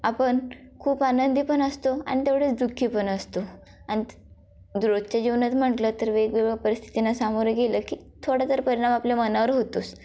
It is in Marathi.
आपण खूप आनंदी पण असतो आणि तेवढेच दु खीपण असतो आणि रोजच्या जीवनात म्हटलं तर वेगवेगळं परिस्थितीना सामोरे गेलं की थोडा तर परिणाम आपल्या मनावर होतोच